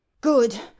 good